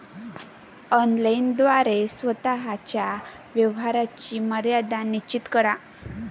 online द्वारे स्वतः च्या व्यवहाराची मर्यादा निश्चित करा